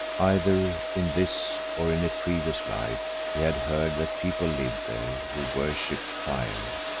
either in this or in a previous life he had heard that people lived there who worshipped fire.